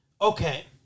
okay